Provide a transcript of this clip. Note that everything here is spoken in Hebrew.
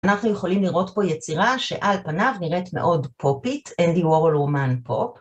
אנחנו יכולים לראות פה יצירה שעל פניו נראית מאוד פופית, אינדי וורל רומן פופ.